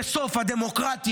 זה סוף הדמוקרטיה,